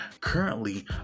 currently